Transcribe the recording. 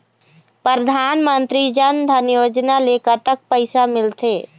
परधानमंतरी जन धन योजना ले कतक पैसा मिल थे?